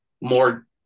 more